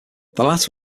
was